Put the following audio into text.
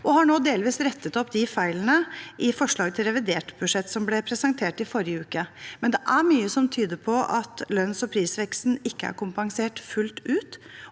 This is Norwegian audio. de har nå delvis rettet opp feilene i forslaget til revidert budsjett som ble presentert i forrige uke. Det er likevel mye som tyder på at lønns- og prisveksten ikke er kompensert fullt ut,